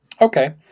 okay